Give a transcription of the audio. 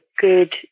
good